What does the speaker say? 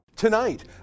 Tonight